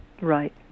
right